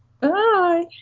Bye